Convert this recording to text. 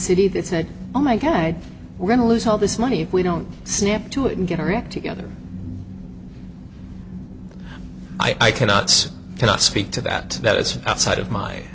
city that said oh my god we're going to lose all this money if we don't snap to it and get our act together i cannot cannot speak to that that is outside of my